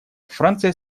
франция